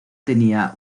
tenía